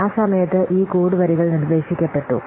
ആ സമയത്ത് ഈ കോഡ് വരികൾ നിർദ്ദേശിക്കപ്പെട്ടു